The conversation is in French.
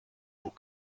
pour